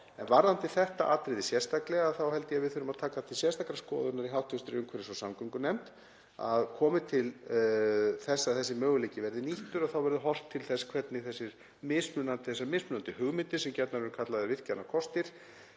En varðandi þetta atriði þá held ég að við þurfum að taka til sérstakrar skoðunar í hv. umhverfis- og samgöngunefnd að komi til þess að þessi möguleiki verði nýttur verði horft til þess hvernig þessar mismunandi hugmyndir sem gjarnan eru kallaðar virkjunarkostir,